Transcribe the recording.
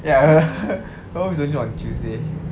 ya her off is only on tuesday